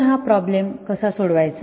तर हा प्रोब्लेम कास सोडवायचा